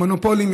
המונופולים,